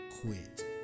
quit